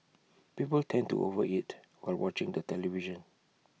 people tend to overeat while watching the television